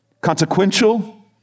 consequential